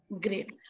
Great